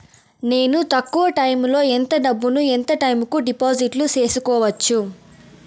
నేను తక్కువ టైములో ఎంత డబ్బును ఎంత టైము కు డిపాజిట్లు సేసుకోవచ్చు?